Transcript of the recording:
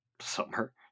summer